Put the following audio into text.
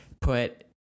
put